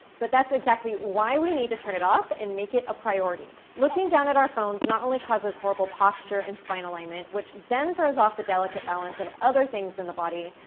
but that's exactly why we need to turn it off and make it a priority. looking down at our phones not only causes horrible posture and spine alignment, which then throws off the delicate balance of other things in the body,